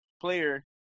player